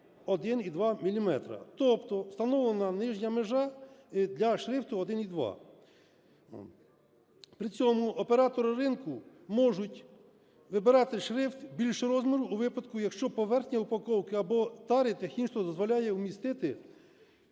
1,2 міліметри. Тобто встановлена нижня межа для шрифту 1,2. При цьому оператори ринку можуть вибирати шрифт більшого розміру у випадку, якщо поверхня упаковки або тари технічно дозволяє умістити